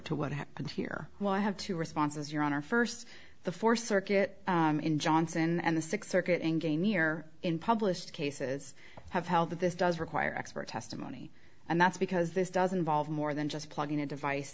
to what happened here why have two responses you're on our first the four circuit in johnson and the sixth circuit and gainey are in published cases have held that this does require expert testimony and that's because this doesn't volved more than just plugging a device